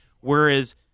whereas